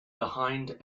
behind